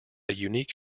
unique